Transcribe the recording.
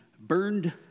burned